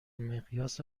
مقیاس